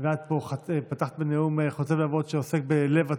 ואת פה פתחת בנאום חוצב להבות שעוסק בלב התיק,